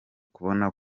kubona